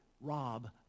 rob